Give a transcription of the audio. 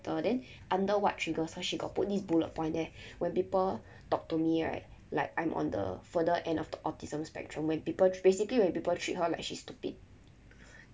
then under what triggers her she got put this bullet point there when people talk to me right like I'm on the further end of the autism spectrum when people basically when people treat her like she's stupid